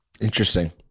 Interesting